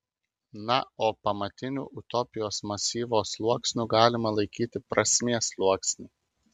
na o pamatiniu utopijos masyvo sluoksniu galima laikyti prasmės sluoksnį